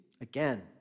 again